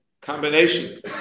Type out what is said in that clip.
combination